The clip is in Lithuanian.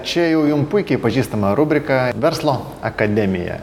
čia jau jum puikiai pažįstama rubrika verslo akademija